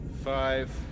five